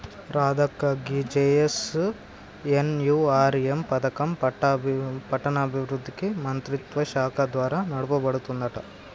రాధక్క గీ జె.ఎన్.ఎన్.యు.ఆర్.ఎం పథకం పట్టణాభివృద్ధి మంత్రిత్వ శాఖ ద్వారా నడపబడుతుందంట